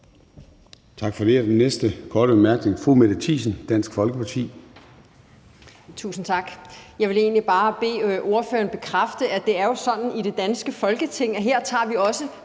Tak for det. Den næste korte bemærkning er fra fru Mette Thiesen, Dansk Folkeparti.